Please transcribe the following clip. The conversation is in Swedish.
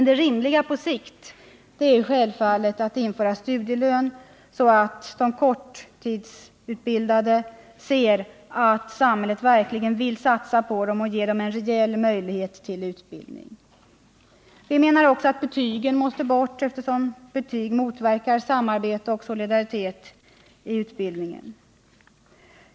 Det rimliga på sikt är självfallet att införa studielön, så att de kortutbildade ser att samhället verkligen vill satsa på dem och ge dem reell möjlighet till utbildning. Vi menar också att betygen måste bort, eftersom betyg motverkar samarbete och solidaritet i utbildningen.